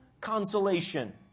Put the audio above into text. consolation